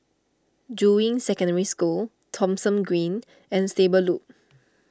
Juying Secondary School Thomson Green and Stable Loop